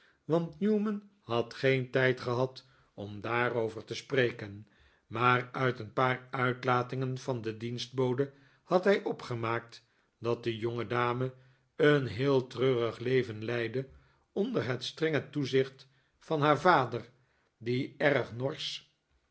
want newman had geen tijd gehad om daarover te spreken maar uit een paar uitlatingen van de dienstbode had hij opgemaakt dat de jongedame een heel treurig leven leidde onder het strenge toezicht van haar vader die erg norsch